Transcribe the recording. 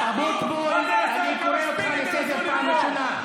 אבוטבול, אני קורא אותך לסדר פעם ראשונה.